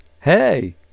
Hey